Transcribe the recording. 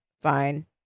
fine